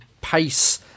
pace